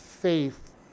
faith